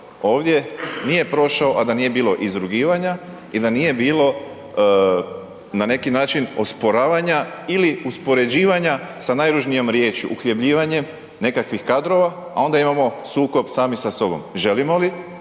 ovdje, nije prošao a da nije bilo izrugivanja i da nije bilo na neki način osporavanja ili uspoređivanja sa najružnijom riječi uhljebljivanjem nekakvih kadrova, a onda imamo sukob sami sa sobom. Želimo li,